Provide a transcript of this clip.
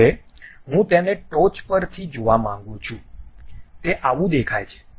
હવે હું તેને ટોચ પરથી જોવા માંગુ છું તે આવું દેખાય છે